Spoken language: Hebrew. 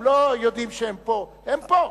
הם לא יודעים שהם פה, הם פה.